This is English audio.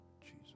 Jesus